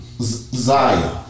Zaya